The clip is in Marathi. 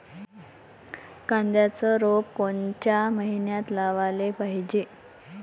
कांद्याचं रोप कोनच्या मइन्यात लावाले पायजे?